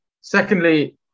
Secondly